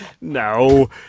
No